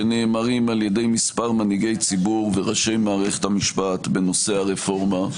שנאמרים על ידי מספר מנהיגי ציבור וראשי מערכת המשפט בנושא הרפורמה,